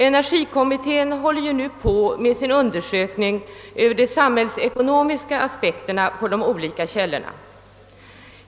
Energikommittén håller nu på med sin undersökning av de samhällsekonomiska aspekterna på de olika källorna.